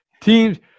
Teams